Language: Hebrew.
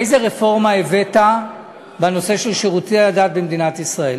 איזו רפורמה הבאת בנושא של שירותי הדת במדינת ישראל?